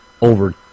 over